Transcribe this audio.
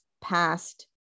past